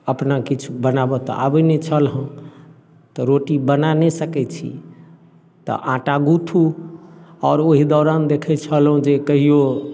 अपना किछु बनाबै तऽ आबै नहि छल हँ तऽ रोटी बना नहि सकैत छी तऽ आँटा गूँथू आओर ओइ दौरान देखैत छलहुँ जे कहियो